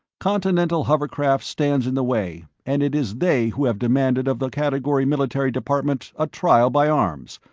continental hovercraft stands in the way and it is they who have demanded of the category military department a trial by arms.